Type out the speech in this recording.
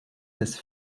des